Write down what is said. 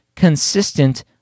Consistent